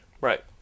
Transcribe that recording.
Right